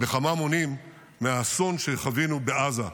בכמה מונים על האסון שחווינו בעזה.